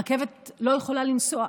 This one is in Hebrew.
הרכבת לא יכולה לנסוע.